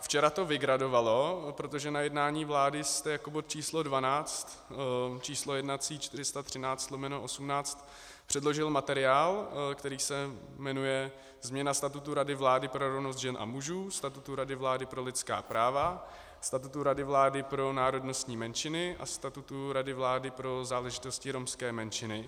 Včera to vygradovalo, protože na jednání vlády jste jako bod č. 12, číslo jednací 413/18, předložil materiál, který se jmenuje Změna statutu Rady vlády pro rovnost žen a mužů, statutu Rady vlády pro lidská práva, statutu Rady vlády pro národnostní menšiny a statutu Rady vlády pro záležitosti romské menšiny.